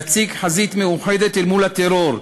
נציג חזית מאוחדת אל מול הטרור,